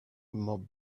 more